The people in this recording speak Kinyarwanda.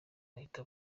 ahita